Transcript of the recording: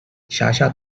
辖下